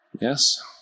Yes